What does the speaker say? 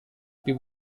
più